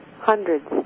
Hundreds